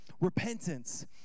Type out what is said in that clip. Repentance